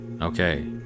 Okay